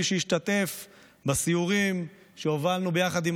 מי שהשתתף בסיורים שהובלנו יחד עם